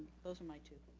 those are my two.